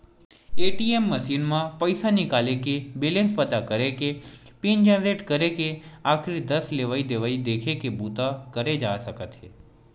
ATM machine म पइसा निकाले के, बेलेंस पता करे के, पिन जनरेट करे के, आखरी दस लेवइ देवइ देखे के बूता करे जा सकत हे